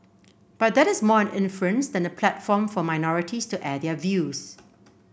but that is more an inference than a platform for minorities to air their views